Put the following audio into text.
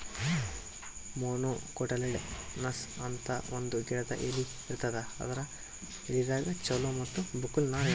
monocotyledonous ಅಂತ್ ಒಂದ್ ಗಿಡದ್ ಎಲಿ ಇರ್ತಾವ ಇದರ್ ಎಲಿದಾಗ್ ಚಲೋ ಮತ್ತ್ ಬಕ್ಕುಲ್ ನಾರ್ ಸಿಗ್ತದ್